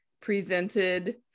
presented